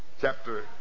Chapter